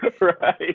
Right